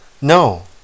No